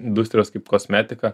industrijos kaip kosmetika